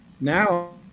Now